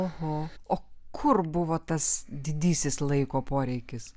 oho o kur buvo tas didysis laiko poreikis